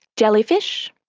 jellyfish,